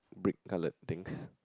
brick colored things